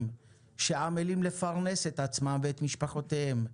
שעמלים לפרנס את עצמם ואת משפחותיהם,